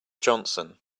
johnson